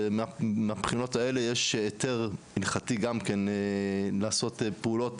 מהבחינות האלה יש היתר הלכתי גם כן לעשות פעולות